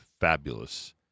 fabulous